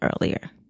earlier